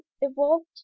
evolved